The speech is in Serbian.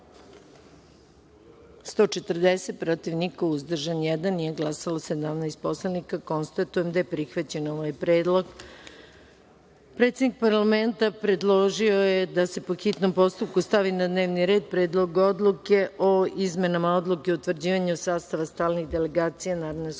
140, protiv – niko, uzdržan – jedan, nije glasalo – 17 narodnih poslanika. Konstatujem da je prihvaćen ovaj predlog. Predsednik parlamenta predložio je da se po hitnom postupku stavi na dnevni red – Predlog odluke o izmenama Odluke o utvrđivanju sastava stalnih delegacija Narodne skupštine